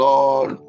Lord